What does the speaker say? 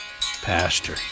Pastor